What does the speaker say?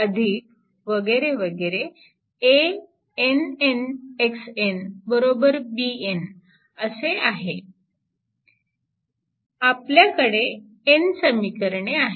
पद्धतीने आपल्याकडे n समीकरणे आहेत